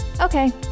Okay